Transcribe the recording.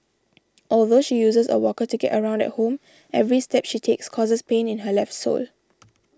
although she uses a walker to get around at home every step she takes causes pain in her left sole